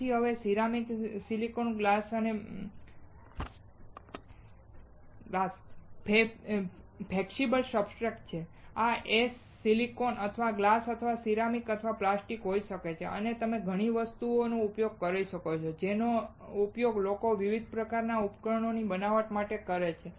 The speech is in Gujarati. તેથી હવે આ ceramic silicon glass flexible substrate છે આ S સિલિકોન અથવા ગ્લાસ અથવા સિરામિક અથવા પ્લાસ્ટિક હોઈ શકે છે અને તમે ઘણી બધી વસ્તુઓનો ઉપયોગ કરી શકશો જેનો ઉપયોગ લોકો વિવિધ પ્રકારના ઉપકરણોની બનાવટ માટે કરે છે